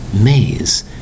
Maze